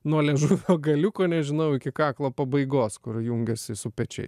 nuo liežuvio galiuko nežinau iki kaklo pabaigos kur jungiasi su pečiais